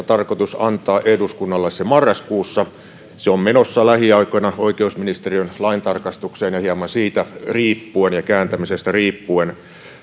tarkoitus antaa eduskunnalle marraskuussa se on menossa lähiaikoina oikeusministeriön laintarkastukseen ja hieman siitä riippuen ja kääntämisestä riippuen